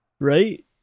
right